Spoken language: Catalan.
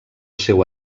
seu